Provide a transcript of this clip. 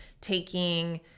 taking